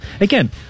again